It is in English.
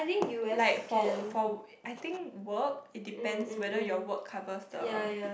like for for I think work it depends whether your work covers the